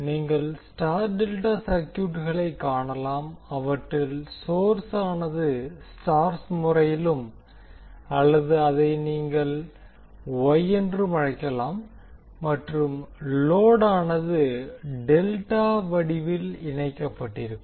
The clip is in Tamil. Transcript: நீங்கள் Y ∆ சர்க்யூட்களை காணலாம் அவற்றில் சோர்ஸானது ஸ்டார் முறையிலும் அல்லது அதை நீங்கள் வொய் என்றும் அழைக்கலாம் மற்றும் லோடானது டெல்டா வடிவில் இணைக்கப்பட்டிருக்கும்